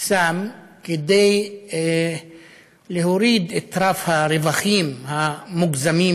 שמים כדי להוריד את רף הרווחים המוגזמים,